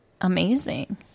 amazing